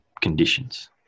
conditions